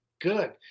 Good